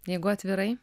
jeigu atvirai